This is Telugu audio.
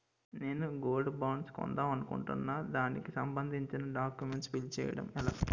నేను గోల్డ్ బాండ్స్ కొందాం అనుకుంటున్నా దానికి సంబందించిన డాక్యుమెంట్స్ ఫిల్ చేయడం ఎలా?